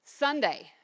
Sunday